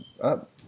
up